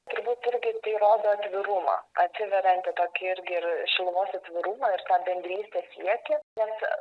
turbūt irgi tai rodo atvirumą atsiveriantį tokį irgi ir šilumos atvirumą ir bendrystės siekį nes a